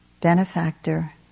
benefactor